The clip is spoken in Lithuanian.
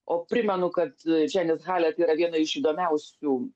o primenu kad čenet chalet yra viena iš įdomiausių